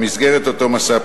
במסגרת אותו מסע פרסום.